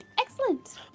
Excellent